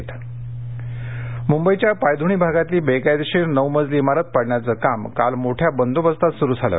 इमारत पाडली मुंबईच्या पायधूणी भागातली बेकायदेशीर नऊ मजली इमारत पाडण्याचं काम काल मोठ्या बंदोबस्तात सुरु झालं